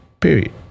Period